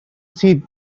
see